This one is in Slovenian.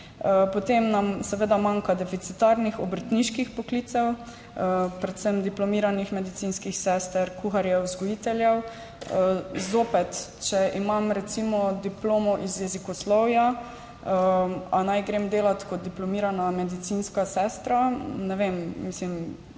Potem nam seveda manjka deficitarnih obrtniških poklicev, predvsem diplomiranih medicinskih sester, kuharjev, vzgojiteljev. Zopet, če imam recimo diplomo iz jezikoslovja, ali naj grem delat kot diplomirana medicinska sestra? Ne vem, ne